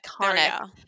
iconic